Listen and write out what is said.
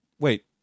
wait